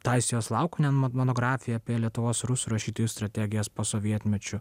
taisijos lauknen monografija apie lietuvos rusų rašytojų strategijas posovietmečiu